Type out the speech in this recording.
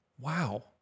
Wow